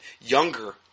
younger